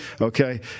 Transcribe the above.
Okay